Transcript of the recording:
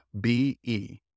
B-E